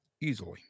easily